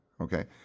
okay